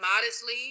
modestly